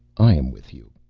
i am with you.